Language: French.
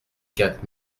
quatre